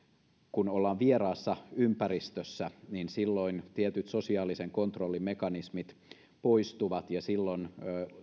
kun ollaan vieraassa ympäristössä niin silloin tietyt sosiaalisen kontrollin mekanismit poistuvat ja silloin